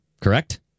correct